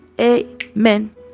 Amen